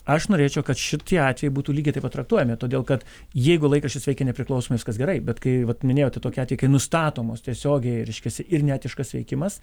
aš norėčiau kad šitie atvejai būtų lygiai taip pat traktuojami todėl kad jeigu laikraštis veikia nepriklausomai viskas gerai bet kai vat minėjote tokiu atveju kai nustatomos tiesiogiai reiškiasi ir neetiškas veikimas